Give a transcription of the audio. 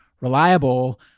reliable